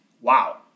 wow